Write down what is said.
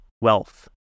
wealth